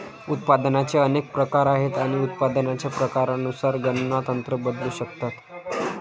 उत्पादनाचे अनेक प्रकार आहेत आणि उत्पादनाच्या प्रकारानुसार गणना तंत्र बदलू शकतात